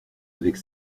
avec